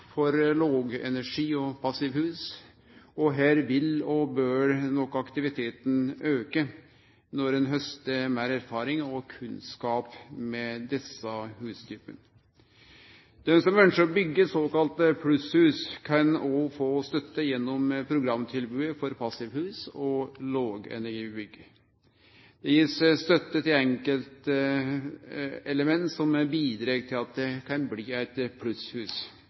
for lågenergi- og passivhus. Her vil og bør nok aktiviteten auke når ein haustar meir erfaring og kunnskap med desse hustypane. Den som ønskjer å byggje såkalla plusshus, kan òg få støtte gjennom programtilbodet for passivhus og lågenergibygg. Det blir òg gitt støtte til enkeltelement som bidreg til at det kan bli eit